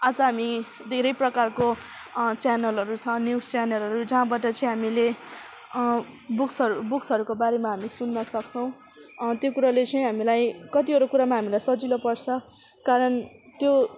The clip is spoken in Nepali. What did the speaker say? आज हामी धेरै प्रकारको च्यानलहरू छ न्युज च्यानलहरू जहाँबाट चाहिँ हामीले बुक्सहरू बुक्सहरूको बारेमा हामी सुन्न सक्छौँ त्यो कुरोले चाहिँ हामीलाई कतिवटा कुरामा हामीलाई सजिलो पर्छ कारण त्यो